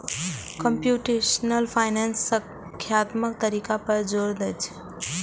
computational finance संख्यात्मक तरीका पर जोर दै छै